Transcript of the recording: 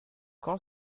quand